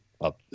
up